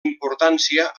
importància